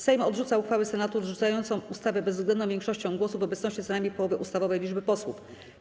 Sejm odrzuca uchwałę Senatu odrzucającą ustawę bezwzględną większością głosów w obecności co najmniej połowy ustawowej liczby posłów.